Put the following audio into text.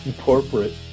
Corporate